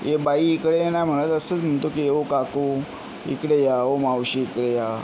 ए बाई इकडे ये नाही म्हणत असंच म्हणतो की ओ काकू इकडे या ओ मावशी इकडे या